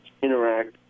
interact